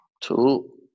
two